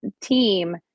team